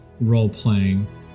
role-playing